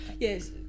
Yes